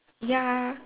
ya